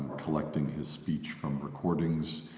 collecting his speech from recordings,